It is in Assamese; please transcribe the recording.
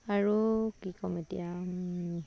আৰু কি ক'ম এতিয়া